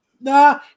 nah